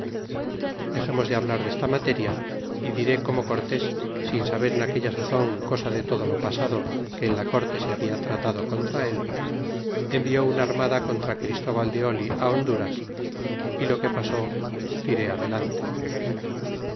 dexemos de hablar desta materia y diré como cortés sin saber en aquella sazon cosa de todo lo pasado que en la corte se habia tratado contra él envió una armada contra christóval de oli á honduras y lo que pasó diré adelante